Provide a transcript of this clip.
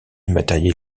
matériel